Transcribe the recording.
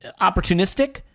opportunistic